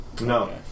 No